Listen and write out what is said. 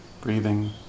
breathing